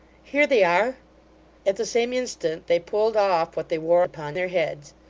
here they are at the same instant they pulled off what they wore upon their heads.